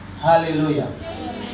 Hallelujah